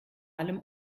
allem